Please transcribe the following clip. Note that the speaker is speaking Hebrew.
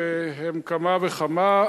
והם כמה וכמה,